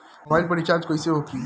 Mobile पर recharge कैसे होखी?